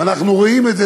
ואנחנו רואים את זה,